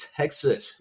texas